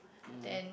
then